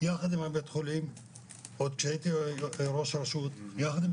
יחד עם הבית חולים עוד כשהייתי ראש הרשות יחד עם